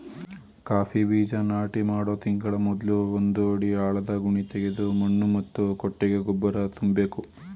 coffee ಬೀಜ ನಾಟಿ ಮಾಡೋ ತಿಂಗಳ ಮೊದ್ಲು ಒಂದು ಅಡಿ ಆಳದ ಗುಣಿತೆಗೆದು ಮಣ್ಣು ಮತ್ತು ಕೊಟ್ಟಿಗೆ ಗೊಬ್ಬರ ತುಂಬ್ಬೇಕು